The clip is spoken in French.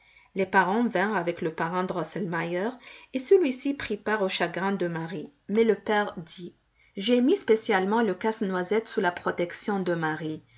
les parents vinrent avec le parrain drosselmeier et celui-ci prit part aux chagrins de marie mais le père dit j'ai mis spécialement le casse-noisette sous la protection de marie